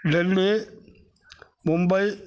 Delhi Mumbai